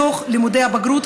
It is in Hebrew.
בתוך לימודי הבגרות.